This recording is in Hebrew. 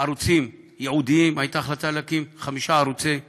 ערוצים ייעודיים הייתה החלטה להקים חמישה ערוצים ייעודיים.